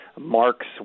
marks